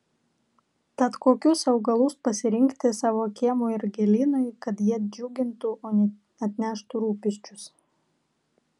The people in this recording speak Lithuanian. tad kokius augalus pasirinkti savo kiemui ir gėlynui kad jie džiugintų o ne atneštų rūpesčius